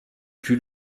plus